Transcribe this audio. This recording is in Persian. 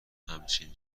همچین